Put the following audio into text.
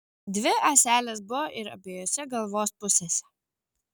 dvi ąselės buvo ir abiejose galvos pusėse